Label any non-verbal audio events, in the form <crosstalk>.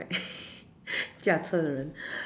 <laughs> 驾车人： jia che ren